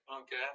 Okay